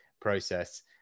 process